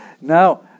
Now